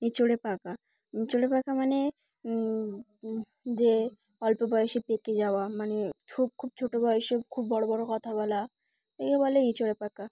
ইঁচড়ে পাকা ইঁচড়ে পাকা মানে যে অল্প বয়সে পেকে যাওয়া মানে খুব খুব ছোটো বয়সে খুব বড়ো বড়ো কথা বলা এগুলো বলে ইঁচড়ে পাকা